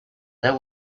there